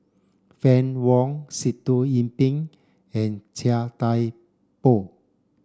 Fann Wong Sitoh Yih Pin and Chia Thye Poh